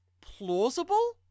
plausible